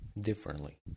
differently